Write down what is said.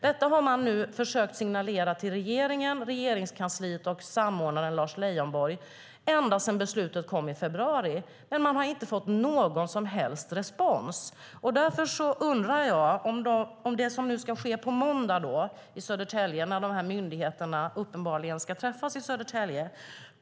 Detta har man nu försökt signalera till regeringen, Regeringskansliet och samordnaren Lars Leijonborg ända sedan beslutet kom i februari, men man har inte fått någon som helst respons. Därför undrar jag över det som ska ske på måndag, när dessa myndigheter uppenbarligen ska träffas i Södertälje.